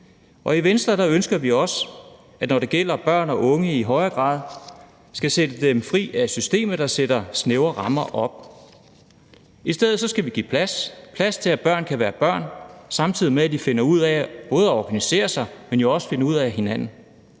I Venstre ønsker vi også, at når det gælder børn og unge, skal vi i højere grad sætte dem fri af systemer, der sætter snævre rammer op. I stedet skal vi give plads. Vi skal give plads til, at børn kan være børn, samtidig med at de både finder ud af at organisere sig, men jo også finder ud af hinanden.